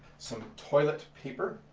some toilet paper.